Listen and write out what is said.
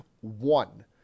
one